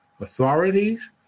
Authorities